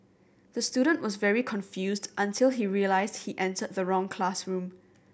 the student was very confused until he realised he entered the wrong classroom